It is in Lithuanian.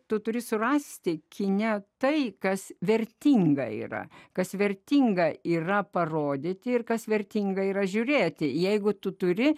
tu turi surasti kine tai kas vertinga yra kas vertinga yra parodyti ir kas vertinga yra žiūrėti jeigu tu turi